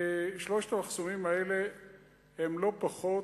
שלושת המחסומים האלה הם לא פחות,